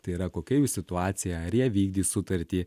tai yra kokia jų situacija ar jie vykdys sutartį